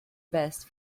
best